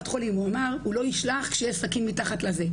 הוא לא ישלח כשיש סכין מתחת לכרית.